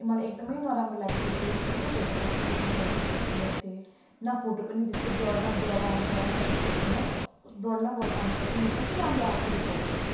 मलाई एकदमै नराम्रो लाग्यो त्यो चाहिँ म यत्रो धेरै पैसा तिरेर मैले त्यो फोन किनेको थिएँ न फोटो पनि त्यस्तो ब्लर न ब्लर आउँछ होइन ब्लर न ब्लर आउँछ तिम्रो त कस्तो राम्रो आएको थियो त्यो फोटोहरू